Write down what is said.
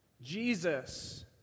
Jesus